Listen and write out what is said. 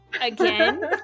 again